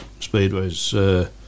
speedways